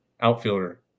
outfielder